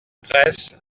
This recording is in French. presse